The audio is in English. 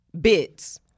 bits